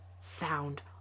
found